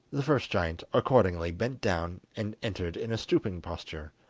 the first giant accordingly bent down and entered in a stooping posture,